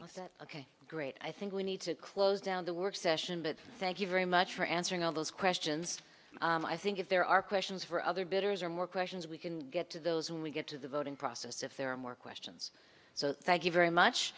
said ok great i think we need to close down the work session but thank you very much for answering all those questions and i think if there are questions for other bidders or more questions we can get to those when we get to the voting process if there are more questions so thank you very much